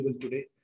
today